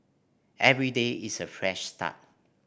every day is a fresh start